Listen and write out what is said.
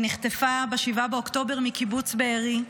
היא נחטפה ב-7 באוקטובר מקיבוץ בארי,